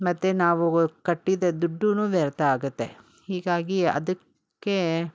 ಮತ್ತು ನಾವು ಕಟ್ಟಿದ ದುಡ್ಡು ವ್ಯರ್ಥ ಆಗುತ್ತೆ ಹೀಗಾಗಿ ಅದಕ್ಕೆ